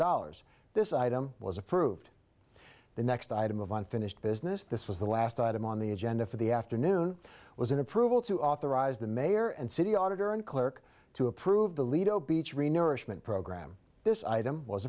dollars this item was approved the next item of unfinished business this was the last item on the agenda for the afternoon was an approval to authorize the mayor and city auditor and clerk to approve the lido beach re nourishment program this item was